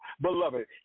beloved